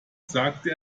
sagte